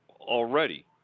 already